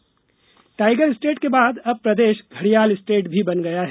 घडियाल tiger state के बाद अब प्रदेश घडियाल स्टेट भी बन गया है